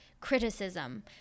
Criticism